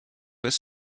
his